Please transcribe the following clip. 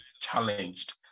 challenged